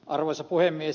arvoisa puhemies